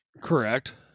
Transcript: Correct